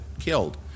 killed